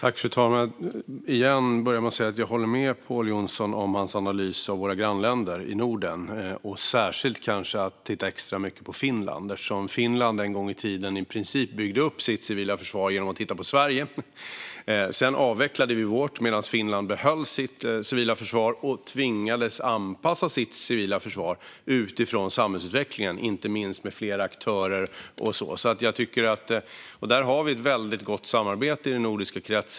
Fru talman! Jag vill börja med att säga att jag håller med Pål Jonson i hans analys av våra grannländer i Norden, kanske särskilt när det gäller att titta extra mycket på Finland. Finland byggde en gång i tiden i princip upp sitt civila försvar genom att titta på Sverige. Sedan avvecklade vi vårt civila försvar medan Finland behöll sitt och tvingades att anpassa sitt civila försvar till samhällsutvecklingen, inte minst när det gäller att ha flera aktörer. Vi har ett väldigt gott samarbete i den nordiska kretsen.